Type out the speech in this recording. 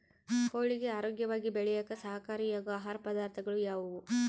ಕೋಳಿಗೆ ಆರೋಗ್ಯವಾಗಿ ಬೆಳೆಯಾಕ ಸಹಕಾರಿಯಾಗೋ ಆಹಾರ ಪದಾರ್ಥಗಳು ಯಾವುವು?